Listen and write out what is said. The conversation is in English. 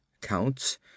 counts